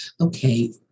okay